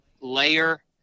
layer